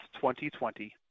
2020